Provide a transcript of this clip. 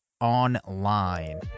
online